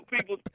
people